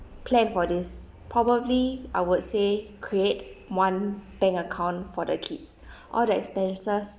plan for this probably I would say create one bank account for the kids all the expenses